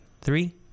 Three